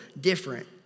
different